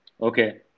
okay